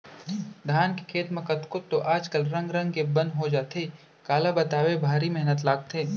धान के खेत म कतको तो आज कल रंग रंग के बन हो जाथे काला बताबे भारी मेहनत लागथे